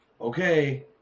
okay